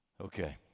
Okay